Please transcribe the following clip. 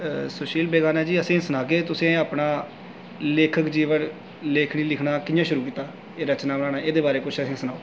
सुशील बेगाना जी असें गी सनाह्गे तुसें अपना लेखक जीवन लेखनी लिखना कि'यां शुरू कीता हा एह् रचना बनाना एह्दे बारे च किश असें ई सनाओ